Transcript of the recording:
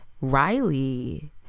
Riley